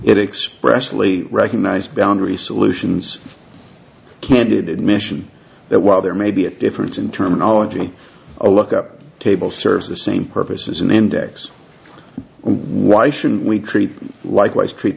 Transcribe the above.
it expressively recognize boundary solutions candid admission that while there may be a difference in terminology a look up table serves the same purpose as an index why shouldn't we treat likewise treat